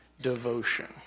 devotion